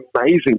amazing